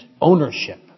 ownership